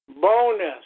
Bonus